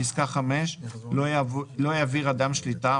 לא יעביר אדם שליטה,